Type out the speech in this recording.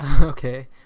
Okay